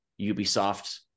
Ubisoft